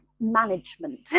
management